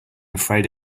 afraid